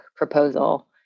proposal